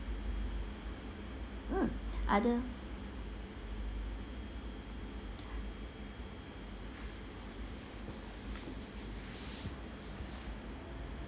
mm other